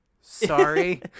Sorry